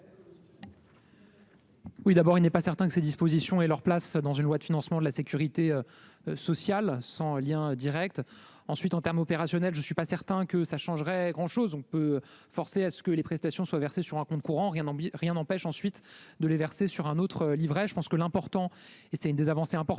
Oui, d'abord, il n'est pas certain que ces dispositions et leur place dans une loi de financement de la Sécurité sociale sans lien Direct ensuite en termes opérationnels, je ne suis pas certain que ça changerait grand-chose on peut forcer à ce que les prestations soient versés sur un compte courant, rien, rien n'empêche ensuite de les verser sur un autre livret je pense que l'important et c'est une des avancées importantes